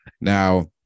Now